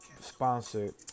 sponsored